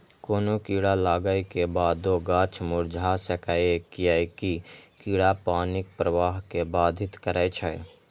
कोनो कीड़ा लागै के बादो गाछ मुरझा सकैए, कियैकि कीड़ा पानिक प्रवाह कें बाधित करै छै